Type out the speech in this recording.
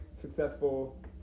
successful